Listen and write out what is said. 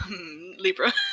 Libra